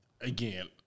Again